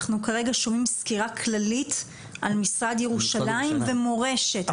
אנחנו כרגע שומעים סקירה כללית על משרד ירושלים ומורשת.